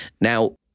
Now